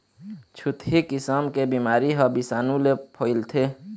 छुतही किसम के बिमारी ह बिसानु ले फइलथे